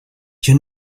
you